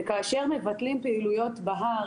וכאשר מבטלים פעילויות בהר,